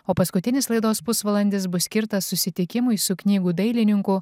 o paskutinis laidos pusvalandis bus skirtas susitikimui su knygų dailininku